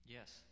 Yes